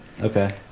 Okay